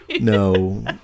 No